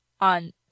On